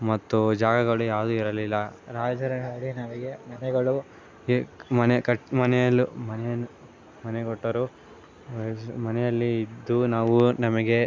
ಮತ್ತು ಜಾಗಗಳು ಯಾವುದೂ ಇರಲಿಲ್ಲ ರಾಜರಲ್ಲಿ ನಮಗೆ ಮನೆಗಳು ಬೇಕು ಮನೆ ಕಟ್ಟಿ ಮನೆಯಲ್ಲೂ ಮನೆಯನ್ನೂ ಮನೆ ಕೊಟ್ಟರೂ ರೈಡ್ಸ್ ಮನೆಯಲ್ಲಿ ಇದ್ದು ನಾವು ನಮಗೆ